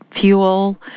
fuel